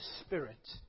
Spirit